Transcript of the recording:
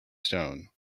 stone